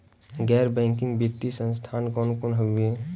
गैर बैकिंग वित्तीय संस्थान कौन कौन हउवे?